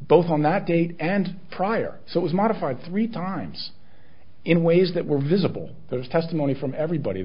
both on that date and prior so it was modified three times in ways that were visible there's testimony from everybody